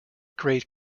great